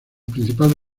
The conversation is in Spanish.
principal